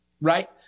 Right